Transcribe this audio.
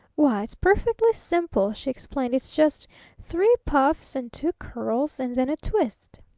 why, it's perfectly simple, she explained. it's just three puffs, and two curls, and then a twist.